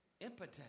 impotent